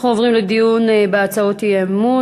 אנחנו עוברים לדיון בהצעות האי-אמון.